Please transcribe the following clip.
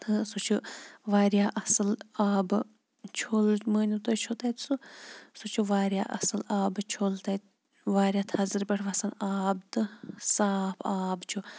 تہٕ سُہ چھُ واریاہ اَصٕل آبہٕ چھوٚل مٲنِو تُہۍ چھو تَتہِ سُہ سُہ چھُ واریاہ اَصٕل آبہٕ چھوٚل تَتہِ واریاہ تھَزرٕ پٮ۪ٹھ وَسان آب تہٕ صاف آب چھُ